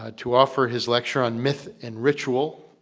ah to offer his lecture on myth and ritual,